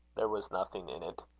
there was nothing in it.